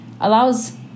allows